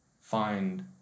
Find